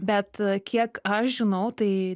bet kiek aš žinau tai